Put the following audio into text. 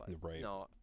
Right